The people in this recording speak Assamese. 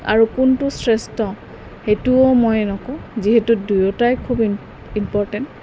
আৰু কোনটো শ্ৰেষ্ঠ সেইটোও মই নকওঁ যিহেতু দুয়োটাই খুব ইম্পৰ্টেণ্ট